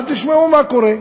אבל תשמעו מה קורה: